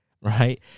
right